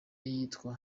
yitwa